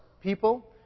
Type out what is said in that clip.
people